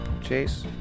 chase